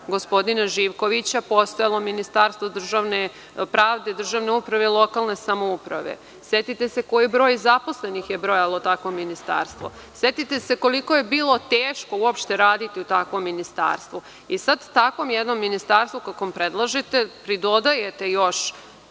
gospodina Živkovića postojalo Ministarstvo pravde, državne uprave i lokalne samouprave, setite se koji broj zaposlenih je brojalo takvo ministarstvo. Setite se koliko je uopšte bilo teško raditi u takvom ministarstvu. Sada jednom takvom ministarstvu koje predlažete dodajete još